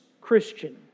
Christian